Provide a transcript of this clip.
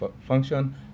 function